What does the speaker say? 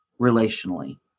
relationally